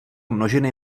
množiny